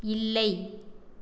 இல்லை